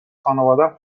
خانوادم